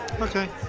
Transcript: Okay